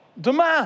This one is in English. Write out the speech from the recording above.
demain